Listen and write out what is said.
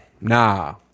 Nah